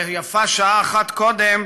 ויפה שעה אחת קודם,